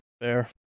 Fair